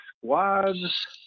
squads